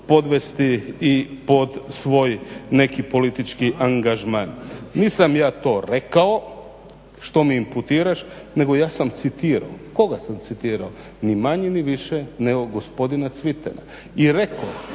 i pod svoj neki politički angažman. Nisam ja to rekao što mi imputiraš nego ja sam citirao, koga sam citirao, ni manje ni više nego gospodina Cvitana i rekoh